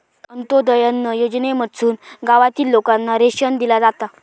अंत्योदय अन्न योजनेमधसून गावातील लोकांना रेशन दिला जाता